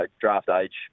draft-age